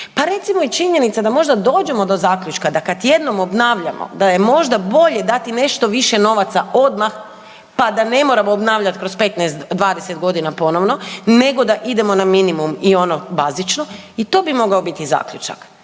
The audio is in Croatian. Pa recimo i činjenica da možda dođemo do zaključka da kad jednom obnavljamo da je možda bolje dati nešto više novaca odmah pa da ne moramo obnavljati kroz 15-20 godina ponovno nego da idemo na minimum i ono bazično i to bi mogao biti zaključak.